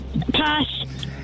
Pass